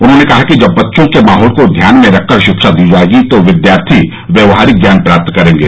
उन्होंने कहा कि जब बच्चों के माहौल को ध्यान में रखकर शिक्षा दी जायेगी तो विद्यार्थी व्यवहारिक ज्ञान प्राप्त करेंगे